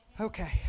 Okay